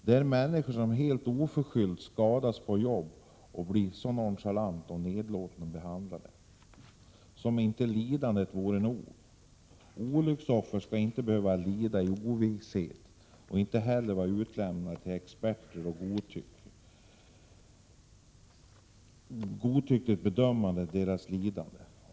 Det är människor som helt oförskyllt skadats på jobbet som blir så nonchalant och nedlåtande behandlade — som om inte lidandet vore nog! Olycksoffren skall inte behöva leva i ovisshet, och inte heller vara utlämnade till experter som godtyckligt bedömer deras lidande.